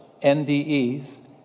NDEs